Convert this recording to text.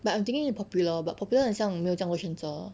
but I'm thinking Popular but Popular 很像没有这样多选择